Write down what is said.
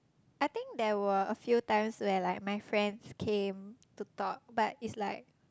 I think there were a few times where like my friends came to talk but it's like